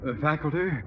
Faculty